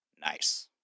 Nice